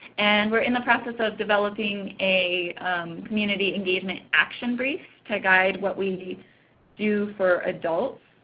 and we are in the process of developing a community engagement action brief to guide what we do for adults.